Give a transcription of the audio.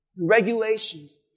regulations